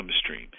stream